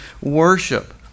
worship